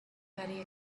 very